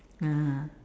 (uh huh)